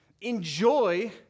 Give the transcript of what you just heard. enjoy